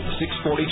640